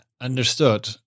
understood